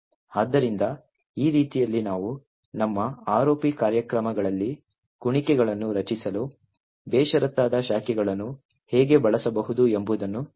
ಆದ್ದರಿಂದ ಈ ರೀತಿಯಲ್ಲಿ ನಾವು ನಮ್ಮ ROP ಕಾರ್ಯಕ್ರಮಗಳಲ್ಲಿ ಕುಣಿಕೆಗಳನ್ನು ರಚಿಸಲು ಬೇಷರತ್ತಾದ ಶಾಖೆಗಳನ್ನು ಹೇಗೆ ಬಳಸಬಹುದು ಎಂಬುದನ್ನು ತೋರಿಸುತ್ತೇವೆ